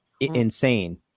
insane